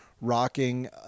rocking